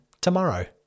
tomorrow